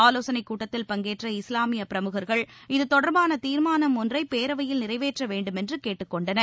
ஆலோசனை கூட்டத்தில் பங்கேற்ற இஸ்லாமிய பிரமுகர்கள் இது தொடர்பான தீர்மானம் ஒன்றை பேரவையில் நிறைவேற்ற வேண்டுமென்று கேட்டுக் கொண்டனர்